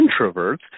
introverts